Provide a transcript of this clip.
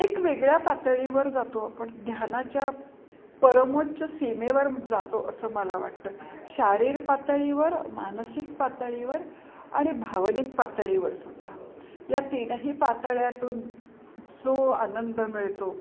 एक वेगळ्या पातळीवर जातो आपण ध्यानाच्या परमोच्च सीमेवर जातो असं मला वाटतं शारीरिक पातळीवर मानसिक पातळीवर आणि भावनिक पातळीवर सुद्धा या तीनही पातळ्यातून जो आनंद मिळतो